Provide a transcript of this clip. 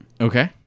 okay